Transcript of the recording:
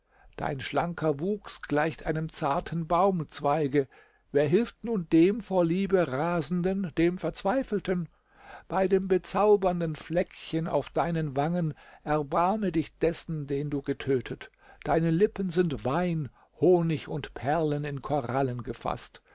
dein schlanker wuchs gleicht einem zarten baumzweige wer hilft nun dem vor liebe rasenden dem verzweifelten bei dem bezaubernden fleckchen auf deinen wangen erbarme dich dessen den du getötet deine lippen sind wein honig und perlen in korallen gefaßt